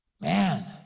Man